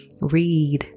read